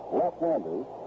left-handers